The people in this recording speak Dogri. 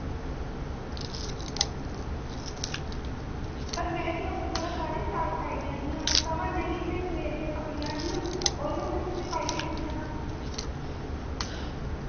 में ते अपने कोला सारियां शैल पाई दियां हियां सगुआं में जेह्की सबेरै पकड़ियां हियां ओह् में तुसेंगी पाई दित्तियां हियां